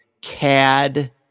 Cad